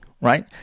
right